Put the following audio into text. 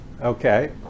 Okay